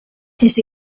his